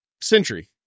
century